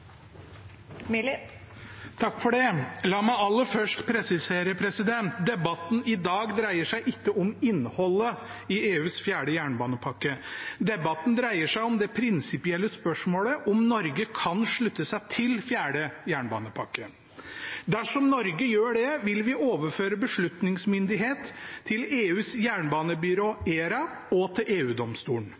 La meg aller først presisere: Debatten i dag dreier seg ikke om innholdet i EUs fjerde jernbanepakke. Debatten dreier seg om det prinsipielle spørsmålet om Norge kan slutte seg til fjerde jernbanepakke. Dersom Norge gjør det, vil vi overføre beslutningsmyndighet til EUs jernbanebyrå ERA og til